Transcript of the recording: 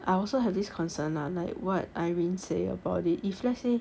I also have this concern lah like what irene say about it if let's say